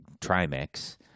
trimix